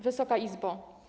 Wysoka Izbo!